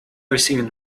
receiving